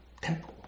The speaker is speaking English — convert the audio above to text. temple